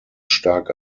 stark